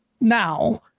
now